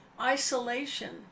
isolation